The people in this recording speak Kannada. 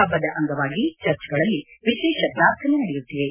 ಹಬ್ಬದ ಅಂಗವಾಗಿ ಚರ್ಚ್ಗಳಲ್ಲಿ ವಿಶೇಷ ಪ್ರಾರ್ಥನೆ ನಡೆಯುತ್ತಿವೆ